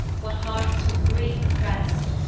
what hearts with grief opprest?